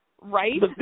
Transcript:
Right